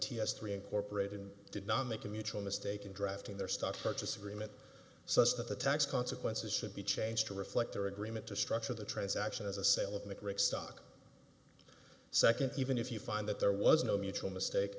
ts three incorporated did not make a mutual mistake in drafting their stock purchase agreement such that the tax consequences should be changed to reflect their agreement to structure the transaction as a sale of the great stock second even if you find that there was no mutual mistake